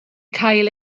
cael